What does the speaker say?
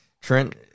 Trent